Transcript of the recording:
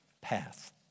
path